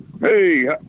Hey